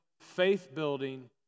faith-building